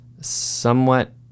somewhat